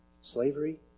slavery